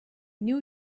knew